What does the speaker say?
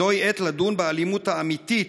זוהי עת לדון באלימות האמיתית,